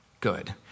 good